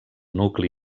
nucli